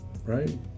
right